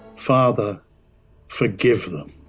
father forgive them